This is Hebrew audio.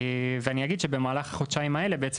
ואני אגיד שבמהלך החודשיים האלה בעצם